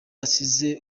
asize